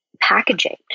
packaging